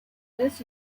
this